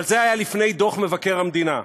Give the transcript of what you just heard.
אבל זה היה לפני דוח מבקר המדינה.